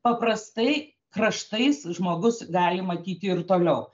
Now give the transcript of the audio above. paprastai kraštais žmogus gali matyti ir toliau